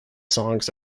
songs